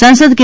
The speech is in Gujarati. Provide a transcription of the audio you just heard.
સાંસદ કે